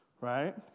right